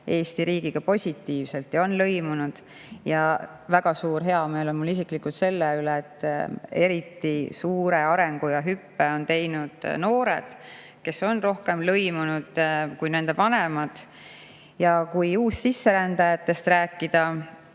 Eesti riigiga positiivselt ja on lõimunud. Väga suur heameel on mul isiklikult selle üle, et eriti suure arenguhüppe on teinud noored, kes on rohkem lõimunud kui nende vanemad. Kui uussisserändajatest rääkida,